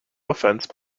offense